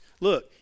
Look